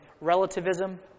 relativism